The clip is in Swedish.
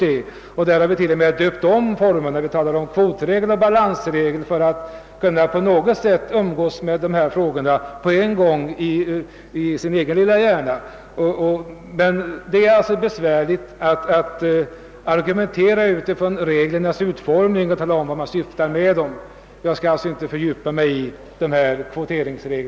I statsutskottets utlåtande har reglerna t.o.m. döpts om; det talas där om kvotregel och balansregel för att man på något sätt skall kunna umgås med båda dessa företeelser på en gång i sin egen lilla hjärna. Men det är besvärligt att argumentera på basis av reglernas utformning och tala om vart man syftar med dem. Jag skall alltså inte fördjupa mig i reglerna och beloppen.